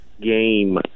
game